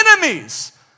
Enemies